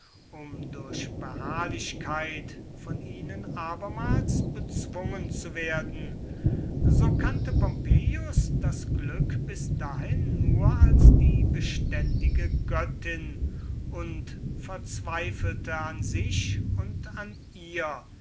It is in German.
um durch beharrlichkeit von ihnen abermals bezwungen zu werden so kannte pompeius das glück bis dahin nur als die beständige göttin und verzweifelte an sich und an ihr